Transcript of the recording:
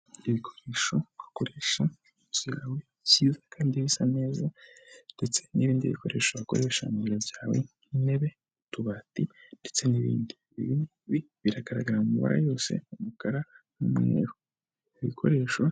Ibikoresho wakoresha icyawe cyiza kandi bisa neza ndetse n'ibindi bikoresho wakoresha mu bintu byawe nk'intebe ,utubati ndetse n'ibindi ibingibi biragaragara amabara yose umukara n'umweru ibikoresho